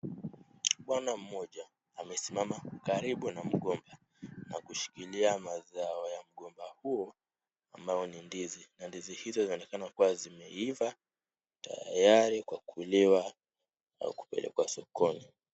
Bwana mmoja amesimama karibu na mgomba na kushikiliamazao ya mgomba huo ambao ni ndizi na ndizi hizo zinaonekana kuwa zimeiva na tayari kuvuniwa na kupelekwa sokoni.